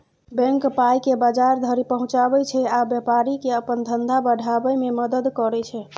bank पाइकेँ बजार धरि पहुँचाबै छै आ बेपारीकेँ अपन धंधा बढ़ाबै मे मदद करय छै